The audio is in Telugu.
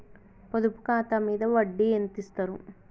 పొదుపు ఖాతా మీద వడ్డీ ఎంతిస్తరు?